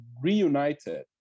reunited